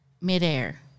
midair